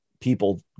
people